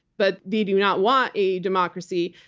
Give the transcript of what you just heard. but they do not want a democracy.